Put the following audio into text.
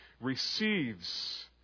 receives